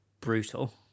brutal